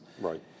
Right